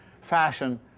fashion